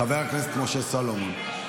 חבר הכנסת משה סולומון.